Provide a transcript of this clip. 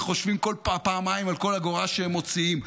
וחושבים פעמיים על כל אגורה שהם מוציאים.